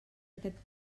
aquest